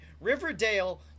Riverdale